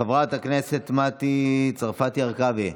חברת הכנסת מטי צרפתי הרכבי,